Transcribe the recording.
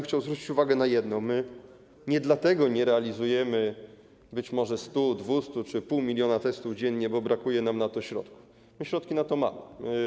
Chciałbym zwrócić uwagę na jedno: my nie dlatego nie realizujemy być może 100, 200 tys. czy pół miliona testów dziennie, bo brakuje nam na to środków, bo środki na to mamy.